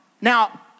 Now